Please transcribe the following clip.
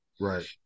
Right